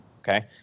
Okay